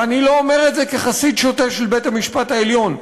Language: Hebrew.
ואני לא אומר את זה כחסיד שוטה של בית-המשפט העליון.